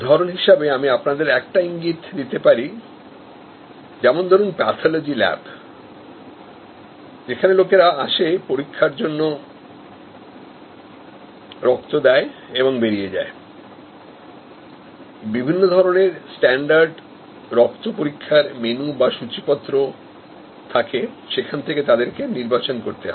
উদাহরণ হিসেবে আমি আপনাদের একটা ইঙ্গিত দিতে পারি যেমন ধরুন প্যাথলজি ল্যাব যেখানে লোকেরা আসে পরীক্ষার জন্য রক্ত দেয় এবং বেরিয়ে যায়বিভিন্ন ধরনেরস্ট্যান্ডার্ড রক্ত পরীক্ষারমেনু বা সূচিপত্র থাকে যেখান থেকে তাদেরকে নির্বাচন করতে হয়